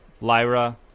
Lyra